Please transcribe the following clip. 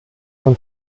von